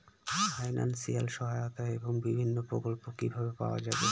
Financial সহায়তা এবং বিভিন্ন প্রকল্প কিভাবে পাওয়া যাবে?